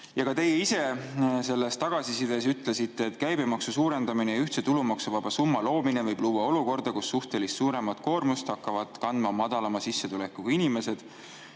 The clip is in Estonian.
Ka teie ise tagasisides ütlesite, et käibemaksu suurendamine ja ühtse tulumaksuvaba summa loomine võib tuua olukorra, kus suhteliselt suuremat koormust hakkavad kandma madalama sissetulekuga inimesed.